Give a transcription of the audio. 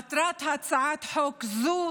מטרת הצעת חוק זו